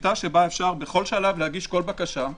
שיטה שבה אפשר בכל שלב להגיש כל בקשה,